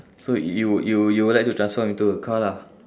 so you wou~ you you would like to transform into a car lah